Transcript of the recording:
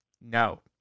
No